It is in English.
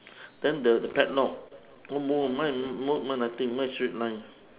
then the the padlock mou mou mine mine no nothing mine straight line